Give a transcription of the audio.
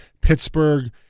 Pittsburgh